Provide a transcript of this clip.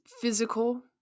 physical